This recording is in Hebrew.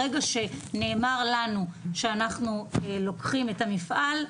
ברגע שנאמר לנו שאנחנו לוקחים את המפעל,